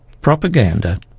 propaganda